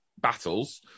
battles